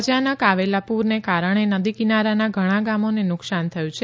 અચાનક આવેલા પૂરને કારણે નદી કિનારાના ઘણા ગામોને નુકશાન થયું છે